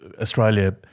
Australia